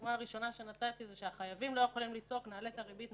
והדוגמה הראשונה שנתתי זה שהחייבים לא יכולים לצעוק "נעלה את הריבית",